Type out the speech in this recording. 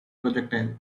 projectile